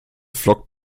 flockt